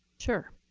sure.